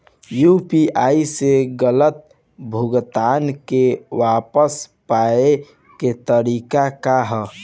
UPI से गलत भुगतान के वापस पाये के तरीका का ह?